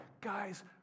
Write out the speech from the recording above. guys